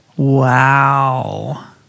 Wow